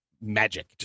magic